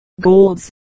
Golds